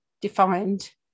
defined